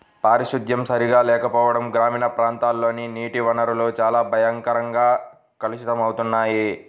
పారిశుద్ధ్యం సరిగా లేకపోవడం గ్రామీణ ప్రాంతాల్లోని నీటి వనరులు చాలా భయంకరంగా కలుషితమవుతున్నాయి